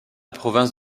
province